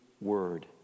word